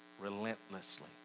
relentlessly